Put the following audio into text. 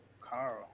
Carl